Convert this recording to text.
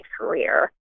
career